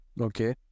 Okay